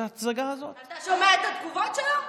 בתי הכנסת ייבנו במהרה,